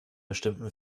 bestimmten